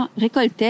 récoltaient